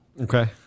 Okay